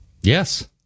Yes